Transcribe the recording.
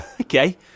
Okay